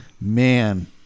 man